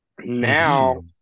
Now